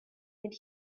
could